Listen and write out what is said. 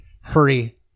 hurry